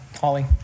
holly